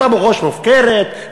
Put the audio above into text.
אז אבו-גוש מופקרת,